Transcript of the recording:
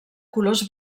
colors